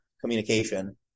communication